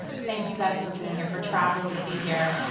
thank you guys for being here, for traveling to be here